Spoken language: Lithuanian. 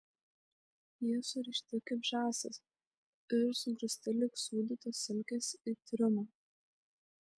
jie surišti kaip žąsys ir sugrūsti lyg sūdytos silkės į triumą